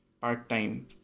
part-time